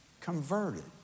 Converted